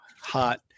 hot